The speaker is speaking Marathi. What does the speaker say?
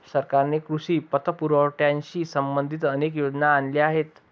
सरकारने कृषी पतपुरवठ्याशी संबंधित अनेक योजना आणल्या आहेत